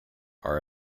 are